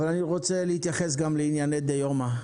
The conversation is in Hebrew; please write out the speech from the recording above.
אני רוצה להתייחס גם לענייני דיומא,